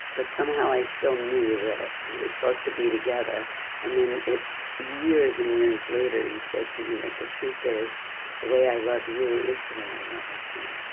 but somehow i still knew that we were supposed to be together and then it years and years later you said to me that the truth is the way i love you is the way i love hashem